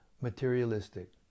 materialistic